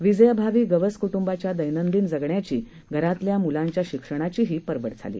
वीजेअभावीगवसकुटुंबाच्यादैनंदिनजगण्याची घरातल्याम्लांच्याशिक्षणाचीहीपरवडझाली